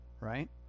Right